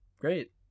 great